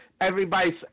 Everybody's